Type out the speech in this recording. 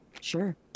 Sure